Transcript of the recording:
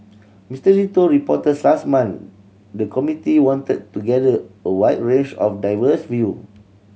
Mister Lee told reporters last month the committee wanted to gather a wide range of diverse view